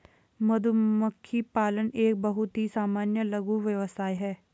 मधुमक्खी पालन एक बहुत ही सामान्य लघु व्यवसाय है